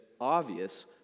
obvious